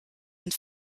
and